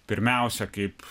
pirmiausia kaip